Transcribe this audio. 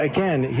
Again